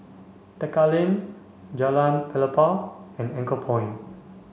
Tekka Lane Jalan Pelepah and Anchorpoint